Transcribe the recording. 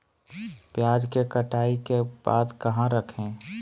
प्याज के कटाई के बाद कहा रखें?